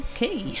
Okay